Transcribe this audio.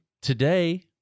Today